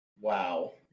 Wow